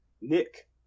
Nick